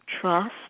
trust